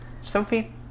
Sophie